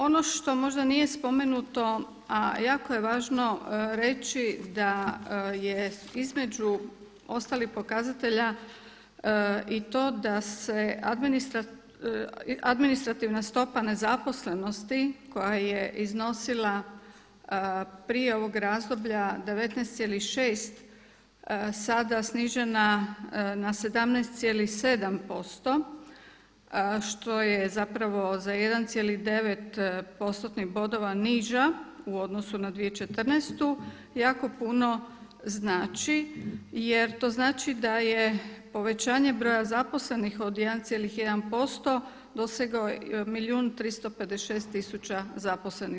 Ono što možda nije spomenuto, a jako je važno reći da je između ostalih pokazatelja i to da se administrativna stopa nezaposlenosti koja je iznosila prije ovog razdoblja 19,6 sada snižena na 17,7% što je zapravo za 1,9 postotnih bodova niža u odnosu na 2014. jako puno znači, jer to znači da je povećanje broja zaposlenih od 1,1% dosegao milijun 356 tisuća zaposlenih.